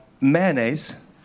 Mayonnaise